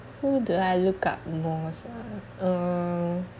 who do I look up most ah uh